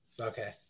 Okay